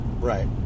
right